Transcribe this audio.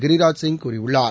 கிரிராஜ் சிங் கூறியுள்ளார்